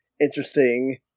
interesting